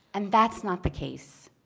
and that's not the case.